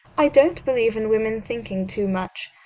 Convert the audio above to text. i don't believe in women thinking too much.